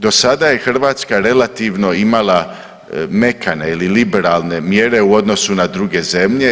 Do sada je Hrvatska relativno imala mekane ili liberalne mjere u odnosu na druge zemlje.